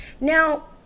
now